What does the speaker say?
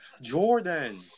Jordan